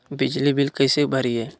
बिजली बिल कैसे भरिए?